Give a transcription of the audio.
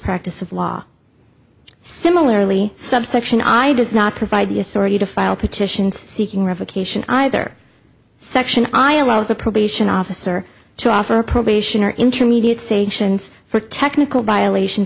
practice of law similarly subsection i does not provide the authority to file a petition seeking revocation either section i allows a probation officer to offer probation or intermediate stations for technical violations